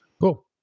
Cool